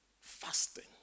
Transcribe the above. Fasting